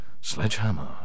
Sledgehammer